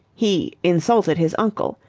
he insulted his uncle.